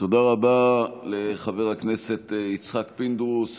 תודה רבה לחבר הכנסת יצחק פינדרוס,